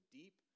deep